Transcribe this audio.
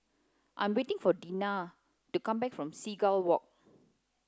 I am waiting for Dinah to come back from Seagull Walk